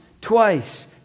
twice